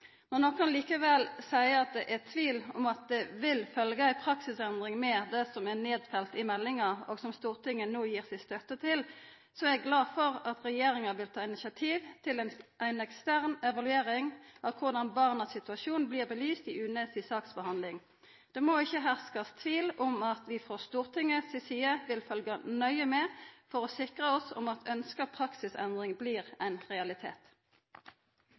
Når nokon likevel seier at det er tvil om at det vil følgja ei praksisendring med det som er nedfelt i meldinga, og som Stortinget no gir si støtte til, er eg glad for at regjeringa vil ta initiativ til ei ekstern evaluering av korleis barnas situasjon blir belyst i UNE si saksbehandling. Det må ikkje herska tvil om at vi frå Stortinget si side vil følgja nøye med, for å sikra oss at ønskt praksisendring blir ein realitet.